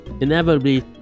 inevitably